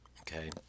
okay